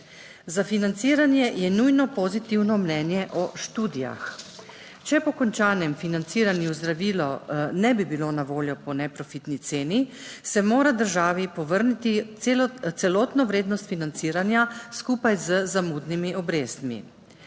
Za financiranje je nujno pozitivno mnenje o študijah. Če po končanem financiranju zdravilo ne bi bilo na voljo po neprofitni ceni, se mora državi povrniti celotno vrednost financiranja skupaj z zamudnimi obrestmi.